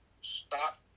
stop